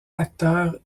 acteur